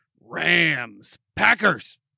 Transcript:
Rams-Packers